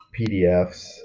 PDFs